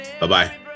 Bye-bye